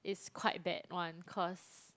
it's quite bad one cause